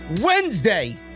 Wednesday